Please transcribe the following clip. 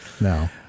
No